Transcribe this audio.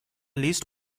least